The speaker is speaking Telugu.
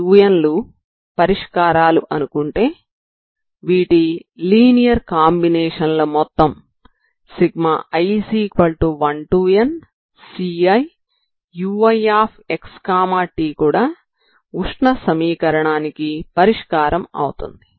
un లు పరిష్కారాలు అనుకుంటే వీటి లీనియర్ కాంబినేషన్ ల మొత్తం i1nCiuixt కూడా ఉష్ణ సమీకరణానికి పరిష్కారం అవుతుంది